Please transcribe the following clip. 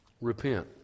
Repent